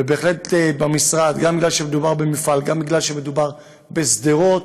וגם משום שמדובר במפעל, גם משום שמדובר בשדרות,